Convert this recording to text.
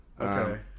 Okay